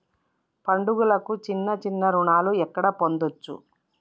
పండుగలకు చిన్న చిన్న రుణాలు ఎక్కడ పొందచ్చు?